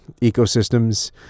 ecosystems